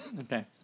Okay